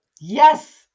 Yes